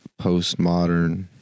postmodern